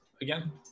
again